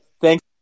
Thanks